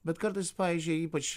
bet kartais pavyzdžiui ypač